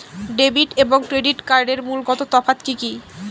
Debit এবং credit কার্ডের মূলগত তফাত কি কী?